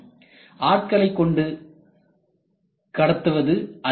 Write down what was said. இது ஆட்களைக் கொண்டு கடத்துவது அல்ல